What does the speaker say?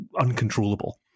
uncontrollable